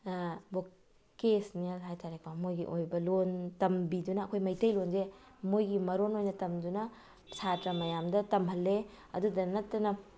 vocational ꯍꯥꯏꯇꯥꯔꯦꯀꯣ ꯃꯣꯏꯒꯤ ꯑꯣꯏꯕ ꯂꯣꯟ ꯇꯝꯕꯤꯗꯨꯅ ꯑꯩꯈꯣꯏ ꯃꯩꯇꯩꯂꯣꯟꯁꯦ ꯃꯣꯏꯒꯤ ꯃꯔꯣꯜ ꯑꯣꯏꯅ ꯇꯝꯗꯨꯅ ꯁꯥꯇ꯭ꯔ ꯃꯌꯥꯝꯗ ꯇꯝꯍꯜꯂꯦ ꯑꯗꯨꯗ ꯅꯠꯇꯅ